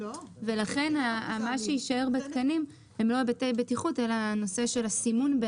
מה שיישאר בתקנים הם לא היבטי הבטיחות אלא נושא הסימון.